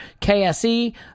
KSE